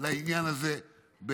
לעניין הזה,